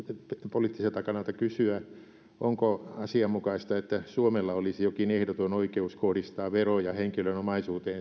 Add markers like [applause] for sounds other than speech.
poliittiselta kannalta kysyä onko asianmukaista että suomella olisi jokin ehdoton oikeus kohdistaa veroja henkilön omaisuuteen [unintelligible]